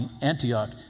Antioch